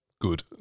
good